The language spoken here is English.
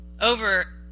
over